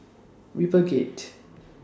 RiverGate